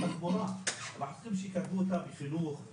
שיקרבו אותה בחינוך,